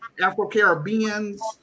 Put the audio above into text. Afro-Caribbeans